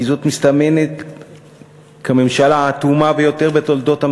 כי זאת מסתמנת כממשלה האטומה ביותר בתולדות המדינה,